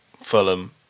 Fulham